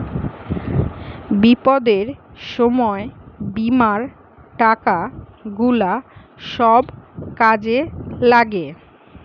বিপদের সময় বীমার টাকা গুলা সব কাজে লাগে